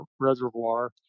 reservoir